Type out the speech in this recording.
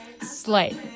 slay